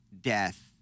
death—